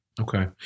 Okay